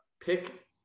pick